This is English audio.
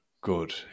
good